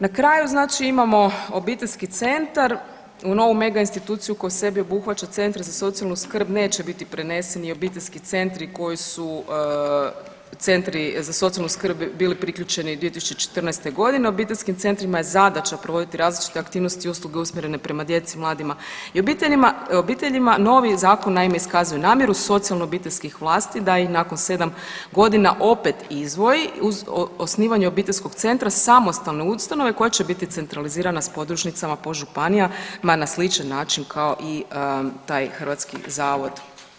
Na kraju znači imamo obiteljski centar, u novu megainstituciju koju u sebi obuhvaća centre za socijalnu skrb, neće biti preneseni obiteljski centri koji su centri za socijalnu skrb bili priključeni 2014. g., obiteljskim centrima je zadaća provoditi različite aktivnosti usluge usmjerene prema djeci, mladima i obiteljima, novi zakon, naime, iskazuje namjeru socijalno-obiteljskih vlasti da i nakon 7 godina opet izdvoji uz osnivanje obiteljskog centra samostalne ustanove koja će biti centralizirana s podružnicama po županijama na sličan način kao i taj hrvatski zavod.